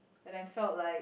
when I felt like